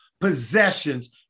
possessions